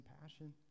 compassion